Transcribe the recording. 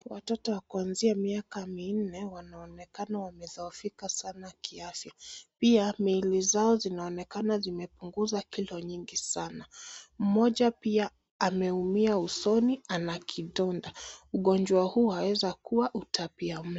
Watoto wa kuanzia miaka minne wanaonekana wamedhohofika sana kiafya pia miili zao zinaonekana zimepunguza kilo nyingi sana, moja pia ameumia usoni ana kidonda, ugonjwa huu wawezakua utapiamlo.